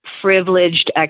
privileged